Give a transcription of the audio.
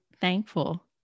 thankful